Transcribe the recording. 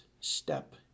step